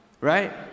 Right